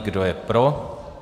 Kdo je pro?